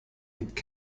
liegt